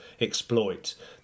exploit